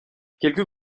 quelques